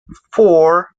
four